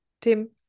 Tim